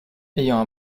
ayant